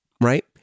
right